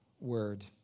word